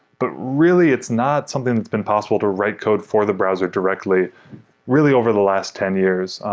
but really it's not something that's been possible to write code for the browser directly really over the last ten years,